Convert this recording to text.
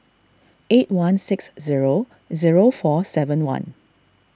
eight one six zero zero four seven one